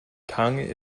tongue